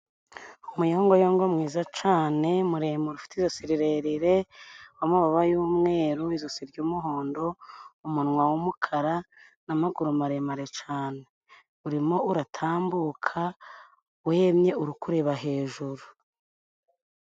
Umuyongoyongo mwiza cane muremure, ufite ijosi rirerire w'amababa y'umweru, ijosi ry'umuhondo umunwa w'umukara n'amaguru maremare cane. urimo uratambuka wemye uri kureba hejuru.